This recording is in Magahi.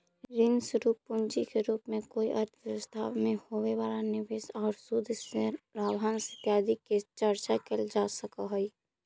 ऋण स्वरूप पूंजी के रूप में कोई अर्थव्यवस्था में होवे वाला निवेश आउ शुद्ध शेयर लाभांश इत्यादि के चर्चा कैल जा सकऽ हई